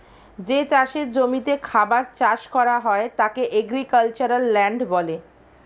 যে চাষের জমিতে খাবার চাষ করা হয় তাকে এগ্রিক্যালচারাল ল্যান্ড বলে